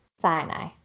Sinai